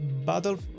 Battle